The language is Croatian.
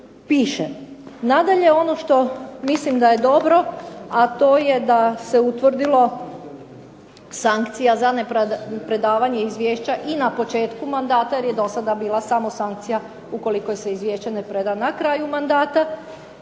piše. Nadalje, ono što mislim da je dobro, a to je da se utvrdilo sankcija za ne predavanje izvješća i na početku mandata jer je dosada bila samo sankcija ukoliko se izvješće ne preda na kraju mandata.